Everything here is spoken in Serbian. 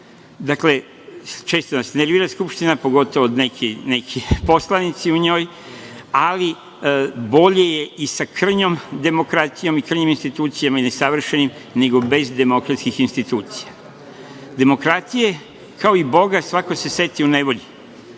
Dakle, često nas nervira Skupština, pogotovo neki poslanici u njoj, ali bolje je i sa krnjom demokratijom i krnjiim institucijama i nesavršenim, nego bez demokratskih institucija. Demokratije, kao i Boga svako se seti u nevolji.